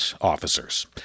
officers